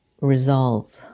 resolve